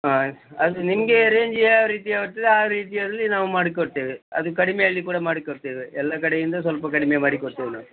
ಹಾಂ ಅದು ನಿಮಗೆ ರೇಂಜಿಗೆ ಯಾವ ರೀತಿ ಆಗ್ತದೆ ಆ ರೀತಿಯಲ್ಲಿ ನಾವು ಮಾಡಿ ಕೊಡ್ತೇವೆ ಅದು ಕಡಿಮೆಯಲ್ಲಿ ಕೂಡ ಮಾಡಿ ಕೊಡ್ತೇವೆ ಎಲ್ಲ ಕಡೆ ಇಂದ ಸ್ವಲ್ಪ ಮಾಡಿ ಕೊಡ್ತೇವೆ ನಾವು